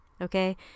Okay